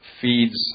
feeds